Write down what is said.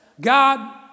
God